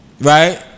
right